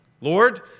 Lord